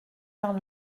par